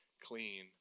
clean